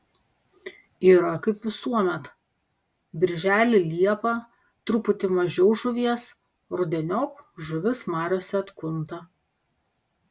yra kaip visuomet birželį liepą truputį mažiau žuvies rudeniop žuvis mariose atkunta